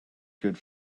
good